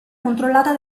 controllata